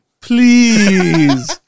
Please